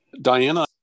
Diana